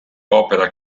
opera